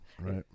Right